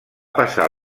passar